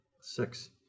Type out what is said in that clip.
Six